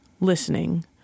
listening